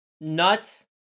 Nuts